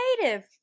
creative